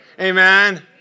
Amen